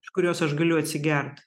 iš kurios aš galiu atsigert